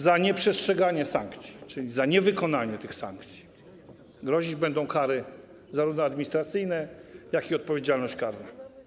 Za nieprzestrzeganie sankcji, czyli za niewykonanie tych sankcji, grozić będą zarówno kary administracyjne, jak i odpowiedzialność karna.